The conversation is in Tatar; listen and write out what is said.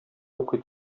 укый